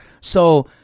So-